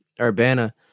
Urbana